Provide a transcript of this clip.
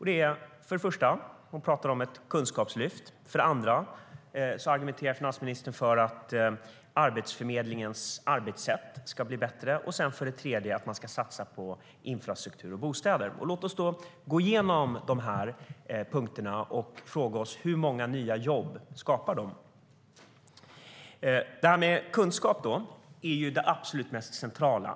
Det är för det första ett kunskapslyft. För det andra argumenterar finansministern för att Arbetsförmedlingens arbetssätt ska bli bättre, och för det tredje ska man satsa på infrastruktur och bostäder. Kunskap är det absolut mest centrala.